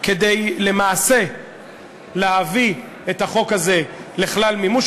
כדי למעשה להביא את החוק הזה לכלל מימוש,